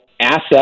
asset